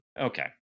Okay